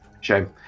shame